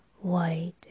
white